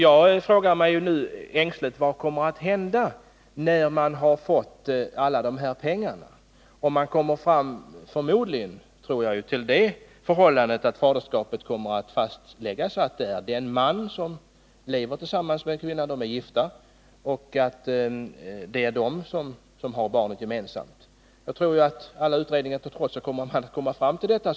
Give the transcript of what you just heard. Jag frågar mig nu ängsligt vad som — när man fått alla dessa pengar och sedan faderskapet fastställts — kommer att hända för den man som lever tillsammans med kvinnan. De är gifta och har barnet gemensamt. Jag tror att man så småningom, alla utredningar till trots, kommer fram till detta.